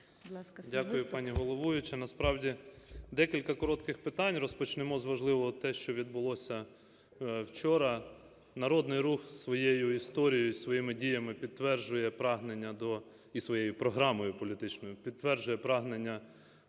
Дякую, пані головуюча. Насправді декілька коротких питань. Розпочнемо з важливого - те, що відбулося вчора. Народний Рух своєю історією і своїми діями підтверджує прагнення, і своєю програмою політичною, підтверджує прагнення